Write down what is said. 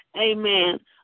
amen